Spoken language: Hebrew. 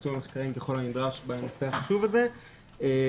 ביצוע מחקרים וכל הנדרש בנושא החשוב הזה ורצינו